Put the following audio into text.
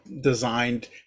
designed